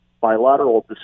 bilateral